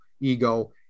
ego